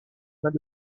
mains